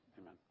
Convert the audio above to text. Amen